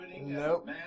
Nope